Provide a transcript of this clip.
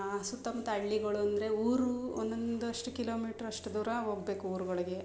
ಸುತ್ತಮುತ್ತ ಹಳ್ಳಿಗಳು ಅಂದರೆ ಊರು ಒಂದೊಂದಷ್ಟು ಕಿಲೋಮೀಟರಷ್ಟು ದೂರ ಹೋಗ್ಬೇಕು ಊರುಗಳಿಗೆ